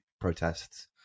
protests